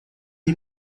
lhe